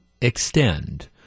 extend